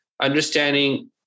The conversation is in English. understanding